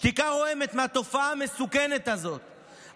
שתיקה רועמת לתופעה המסוכנת הזאת,